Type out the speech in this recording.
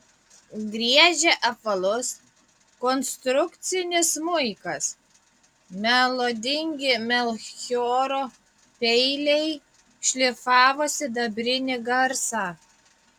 griežė apvalus konstrukcinis smuikas melodingi melchioro peiliai šlifavo sidabrinį garsą